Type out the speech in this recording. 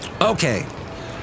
Okay